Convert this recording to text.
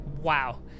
Wow